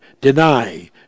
deny